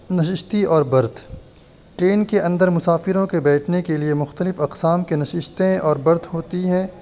نششتیں اور berth train کے اندر مسافروں کے بیٹھنے کے لیے مختلف اقسام کی نششتیں اور برتھ ہوتی ہیں